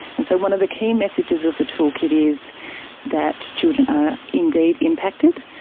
and so one of the key messages of the toolkit is that children are indeed impacted,